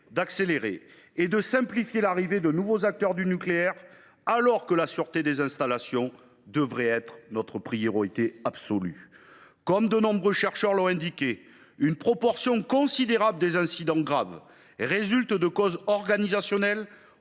d’accélérer et de simplifier l’arrivée de nouveaux acteurs du nucléaire, alors que la sûreté des installations devrait être notre priorité absolue ? Comme de nombreux chercheurs l’ont indiqué, une proportion considérable des incidents graves résulte de causes organisationnelles,